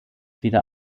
wieder